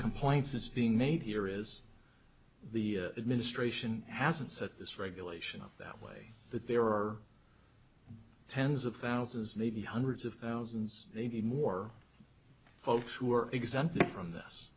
complaints is being made here is the administration hasn't set this regulation up that way but there are tens of thousands maybe hundreds of thousands maybe more folks who are exempt from this